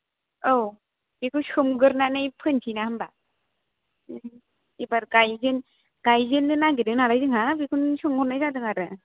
औ बेखौ सोमगोरनानै फोनसैना होमबा एबार गायगोन गायजेननो नागेरदोंनालाय जोंहा बेखौनो सोंहरनाय जादों आरो